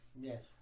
Yes